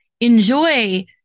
Enjoy